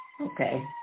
Okay